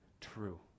true